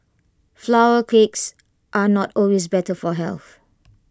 flour cakes are not always better for health